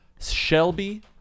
Shelby